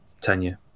tenure